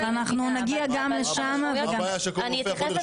כשנגיע לסעיף, אני אתייחס.